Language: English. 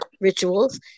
rituals